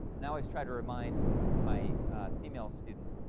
and i always try to remind my female students,